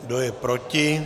Kdo je proti?